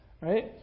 right